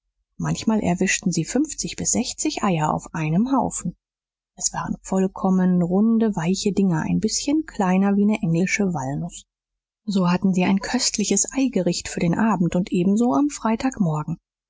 manchmal erwischten sie fünfzig bis sechzig eier auf einem haufen es waren vollkommen runde weiche dinger ein bißchen kleiner wie ne englische walnuß so hatten sie ein köstliches eigericht für den abend und ebenso am freitag